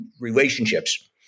relationships